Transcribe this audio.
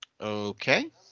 Okay